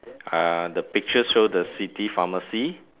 uh the picture show the city pharmacy